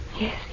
Yes